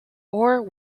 ore